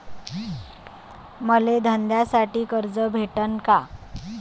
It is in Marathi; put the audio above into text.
मले धंद्यासाठी कर्ज भेटन का?